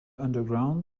underground